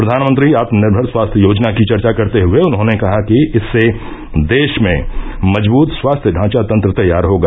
प्रधानमंत्री आत्मनिर्मर स्वास्थ्य योजना की चर्चा करते हए उन्होंने कहा कि इससे देश में मजबूत स्वास्थ्य ढांचा तंत्र तैयार होगा